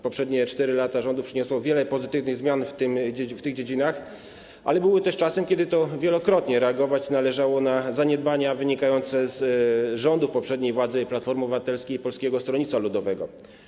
Poprzednie 4 lata rządów przyniosły wiele pozytywnych zmian w tych dziedzinach, ale były też czasy, kiedy to wielokrotnie reagować należało na zaniedbania wynikające z rządów poprzedniej władzy Platformy Obywatelskiej i Polskiego Stronnictwa Ludowego.